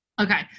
Okay